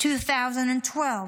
2012,